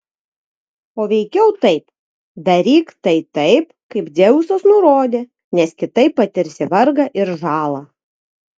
o veikiau taip daryk tai taip kaip dzeusas nurodė nes kitaip patirsi vargą ir žalą